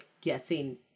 guessing